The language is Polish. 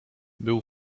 był